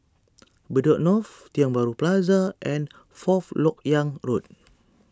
Bedok North Tiong Bahru Plaza and Fourth Lok Yang Road